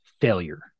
failure